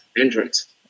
entrance